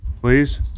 please